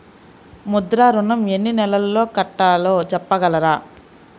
ముద్ర ఋణం ఎన్ని నెలల్లో కట్టలో చెప్పగలరా?